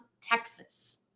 Texas